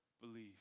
believe